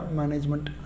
management